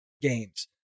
games